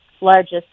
largest